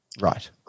Right